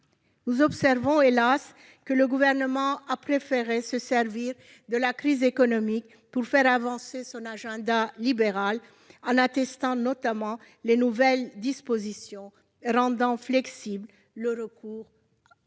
Nous observons- hélas ! -que le Gouvernement a préféré se servir de la crise économique pour faire avancer son agenda libéral ; en attestent notamment les nouvelles dispositions rendant flexible le recours aux